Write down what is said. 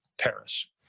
Paris